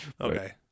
okay